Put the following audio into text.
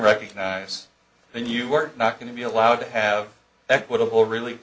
recognise when you are not going to be allowed to have equitable really